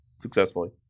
Successfully